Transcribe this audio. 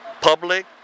public